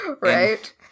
Right